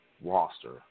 roster